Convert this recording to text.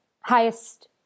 highest